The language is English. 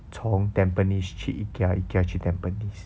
从 tampines 去 Ikea Ikea 去 tampines